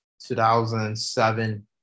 2007